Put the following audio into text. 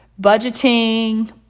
budgeting